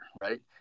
right